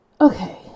Okay